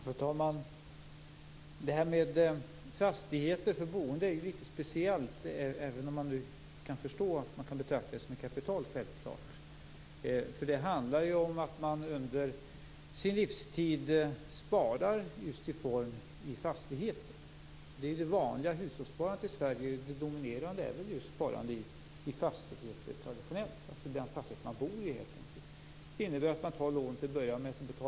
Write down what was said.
Fru talman! Detta med fastigheter för boende är litet speciellt, även om man nu självklart kan förstå att det betraktas som kapital. Det handlar om att man under sin livstid sparar i fastigheten. Det dominerande hushållssparandet i Sverige är traditionellt just sparande i fastighet, helt enkelt den fastighet man bor i. Det innebär att man till att börja med tar lån.